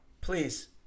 Please